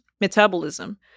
metabolism